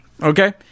Okay